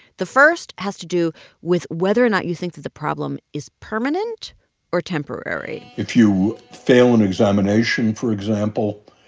the first has to do with whether or not you think that the problem is permanent or temporary if you fail an examination, for example,